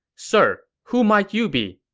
sir, who might you be?